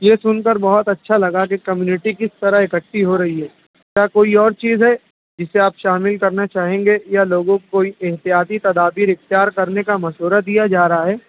یہ سُن کر بہت اچھا لگا کہ کمیونٹی کس طرح اکٹھی ہو رہی ہے کیا کوئی اور چیز ہے جسے آپ شامل کرنا چاہیں گے یا لوگوں کوئی احتیاطی تدابیر اختیار کرنے کا مشورہ دیا جا رہا ہے